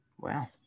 Wow